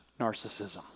narcissism